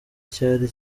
cyari